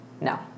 No